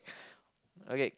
okay